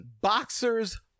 boxers